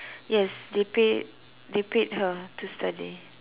yes they pay they paid her to study